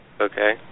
Okay